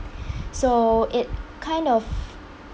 so it kind of